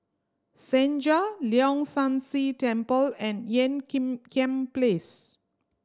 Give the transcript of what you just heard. Senja Leong San See Temple and Ean Kiam Place